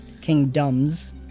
Kingdoms